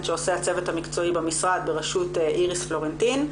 שעושה הצוות המקצועי במשרד בראשות איריס פלורנטין.